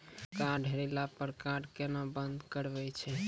Card हेरैला पर card केना बंद करबै छै?